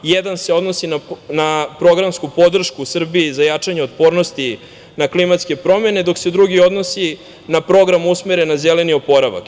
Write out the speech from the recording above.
Jedan se odnosi na programsku podršku Srbiji za jačanje otpornosti na klimatske promene, dok se drugi odnosi na program usmeren na zeleni oporavak.